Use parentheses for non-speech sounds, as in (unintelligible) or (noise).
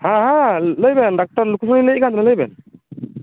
ᱦᱮᱸ ᱦᱮᱸ ᱞᱟᱹᱭᱵᱮᱱ ᱰᱟᱠᱛᱟᱨ (unintelligible) ᱞᱟᱹᱭᱮᱫ ᱠᱟᱱ ᱛᱟᱦᱮᱸᱱᱟ ᱞᱟᱹᱭᱵᱮᱱ